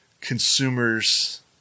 consumers